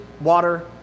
water